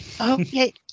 Okay